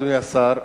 אדוני השר,